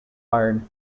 iron